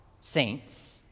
saints